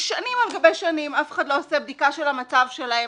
ושנים על גבי שנים אף אחד לא עושה בדיקה של המצב שלהם,